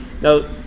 Now